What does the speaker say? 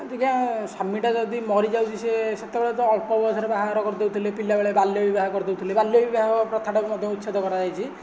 ଅଭିକା ସ୍ୱାମୀଟା ଯଦି ମରିଯାଉଛି ସେ ସେତେବେଳେ ତ ଅଳ୍ପ ବୟସରେ ବାହାଘର କରିଦେଉଥିଲେ ପିଲାବେଳେ ବାଲ୍ୟ ବିବାହ କରିଦେଉଥିଲେ ବାଲ୍ୟ ବିବାହ କଥାଟାକୁ ମଧ୍ୟ ଉଚ୍ଛେଦ କରାଯାଇଛି